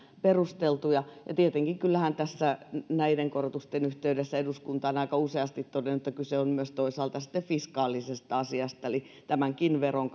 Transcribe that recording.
perusteltuja kyllähän tässä näiden korotusten yhteydessä eduskunta on tietenkin aika useasti todennut että kyse on toisaalta myös fiskaalisesta asiasta tämänkin veron